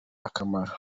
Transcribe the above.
akamaro